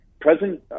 president